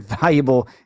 valuable